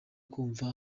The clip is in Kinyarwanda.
kumva